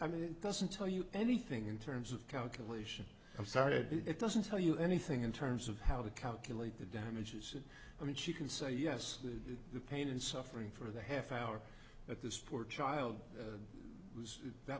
i mean it doesn't tell you anything in terms of calculation of started it doesn't tell you anything in terms of how to calculate the damages i mean she can say yes to pain and suffering for the half hour at this poor child that was